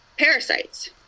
parasites